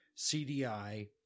CDI